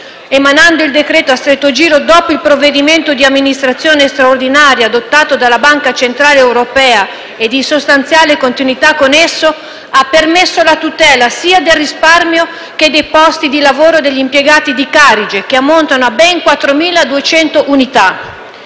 emanando il decreto-legge a stretto giro dopo il provvedimento di amministrazione straordinaria adottato dalla Banca centrale europea, ed in sostanziale continuità con esso, ha permesso la tutela sia del risparmio che dei posti di lavoro degli impiegati di Carige, che ammontano a ben 4.200 unità.